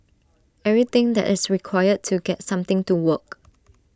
everything that is required to get something to work